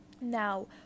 Now